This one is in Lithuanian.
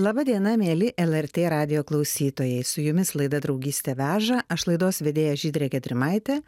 laba diena mieli lrt radijo klausytojai su jumis laida draugystė veža aš laidos vedėja žydrė gedrimaitė